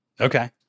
Okay